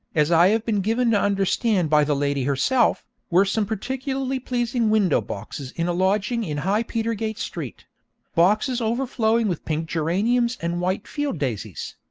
as i have been given to understand by the lady herself, were some particularly pleasing window-boxes in a lodging in high petergate street boxes overflowing with pink geraniums and white field-daisies.